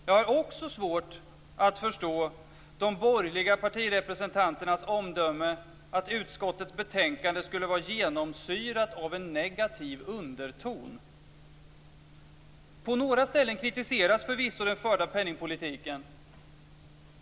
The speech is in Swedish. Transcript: Jag har också svårt att förstå de borgerliga partirepresentanternas omdöme att utskottets betänkande skulle vara genomsyrat av en negativ underton. På några ställen kritiseras förvisso den förda penningpolitiken.